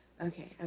okay